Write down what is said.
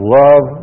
love